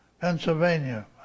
Pennsylvania